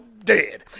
dead